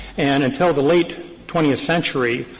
and until the late twentieth century,